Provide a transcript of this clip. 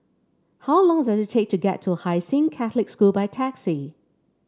how long does it take to get to Hai Sing Catholic School by taxi